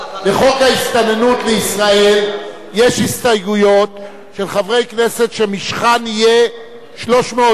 לחוק ההסתננות לישראל יש הסתייגויות של חברי הכנסת שמשכן יהיה 300 דקות.